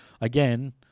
again